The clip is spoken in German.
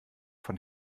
von